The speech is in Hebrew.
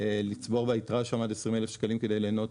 לצבור ביתרה שם עד 20,000 שקלים כדי ליהנות